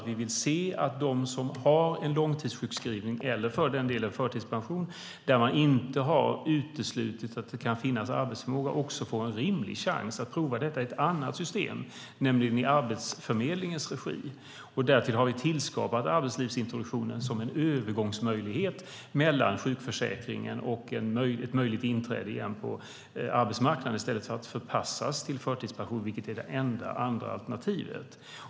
Vi vill att de som har en långtidssjukskrivning eller förtidspension, där man inte har uteslutit arbetsförmåga, får en rimlig chans att prova detta i ett annat system, nämligen i Arbetsförmedlingens regi. Därtill har vi skapat arbetslivsintroduktionen som en övergångsmöjlighet mellan sjukförsäkringen och ett möjligt inträde på arbetsmarknaden i stället för att förpassa människor till förtidspension vilket är det enda andra alternativet.